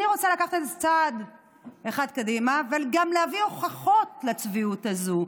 אני רוצה לקחת את זה צעד אחד קדימה וגם להביא הוכחות לצביעות הזאת,